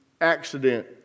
accident